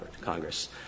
Congress